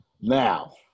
Now